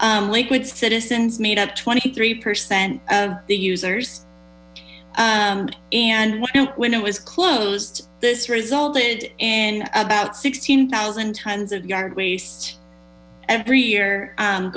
s lakewood citizens made up twenty three percent of the users and when it was closed this resulted in about sixteen thousand tons of yard waste every year